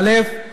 א.